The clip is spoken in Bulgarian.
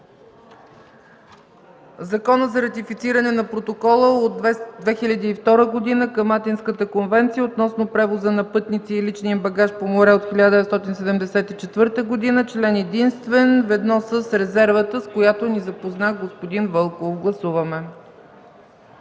Закона за ратифициране на Протокола от 2002 г. към Атинската конвенция относно превоза на пътници и личния им багаж по море от 1974 г. – член единствен, ведно с резервата, с която ни запозна господин Вълков. Гласували